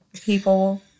people